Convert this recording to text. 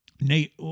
Nate